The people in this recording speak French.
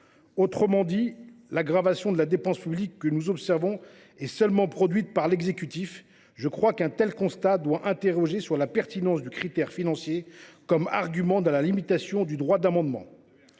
Autrement dit, l’aggravation de la dépense publique que nous observons est produite uniquement par l’exécutif. Je crois qu’un tel constat doit nous amener à nous interroger sur la pertinence du critère financier comme argument dans la limitation du droit d’amendement.